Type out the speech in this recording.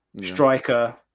striker